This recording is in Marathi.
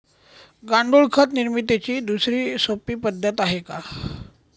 गांडूळ खत निर्मितीची दुसरी सोपी पद्धत आहे का?